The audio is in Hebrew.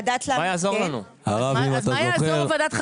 מה יעזור ועדת חריגים?